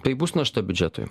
tai bus našta biudžetui